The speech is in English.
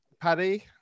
Paddy